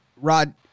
Rod